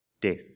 death